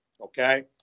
Okay